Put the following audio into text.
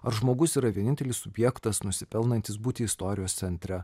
ar žmogus yra vienintelis subjektas nusipelnantis būti istorijos centre